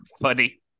Funny